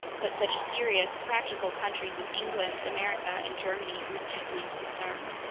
but such serious, practical countries as england, america, and germany were deeply concerned.